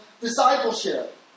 discipleship